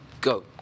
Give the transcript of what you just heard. go